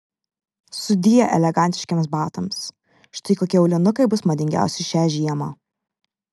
sudie elegantiškiems batams štai kokie aulinukai bus madingiausi šią žiemą